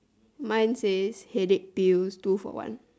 mine says headache pills two for one